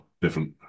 different